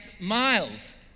Miles